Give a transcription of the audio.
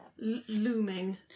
looming